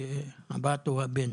הבת או הבן.